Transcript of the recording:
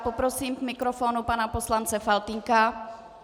Poprosím k mikrofonu pana poslance Faltýnka.